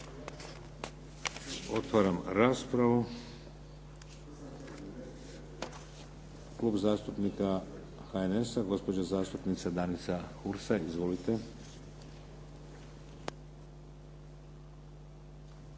Otvaram raspravu. Klub zastupnika HNS-a, gospođa zastupnica Danica Hursa. Izvolite.